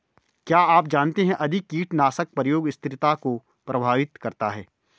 क्या आप जानते है अधिक कीटनाशक प्रयोग स्थिरता को प्रभावित करता है?